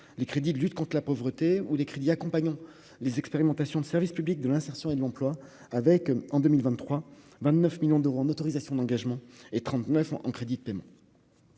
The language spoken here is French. les crédits de lutte contre la pauvreté ou des crédits accompagnant les expérimentations de service public de l'insertion et de l'emploi avec, en 2023 29 millions d'euros en autorisations d'engagement et 39 ans en crédits de paiement